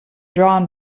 drawn